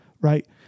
Right